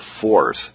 force